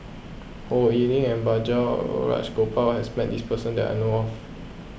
Ho Lee Ling and Balraj Gopal has met this person that I know of